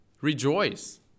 rejoice